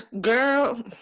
girl